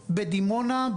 בדימונה,